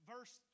Verse